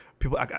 People